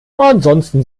ansonsten